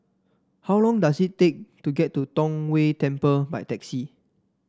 how long does it take to get to Tong Whye Temple by taxi